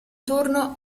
turno